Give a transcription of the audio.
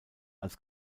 als